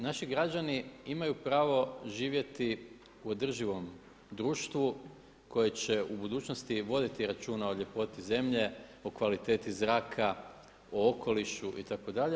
Znači naši građani imaju pravo živjeti u održivom društvu koje će u budućnosti voditi računa o ljepoti zemlje, o kvaliteti zraka, o okolišu itd.